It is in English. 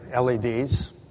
LEDs